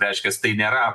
reiškias tai nėra